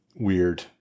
Weird